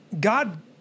God